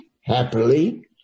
happily